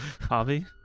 Hobby